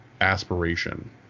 aspiration